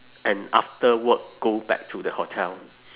and after work go back to the hotel